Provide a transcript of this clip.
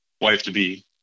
wife-to-be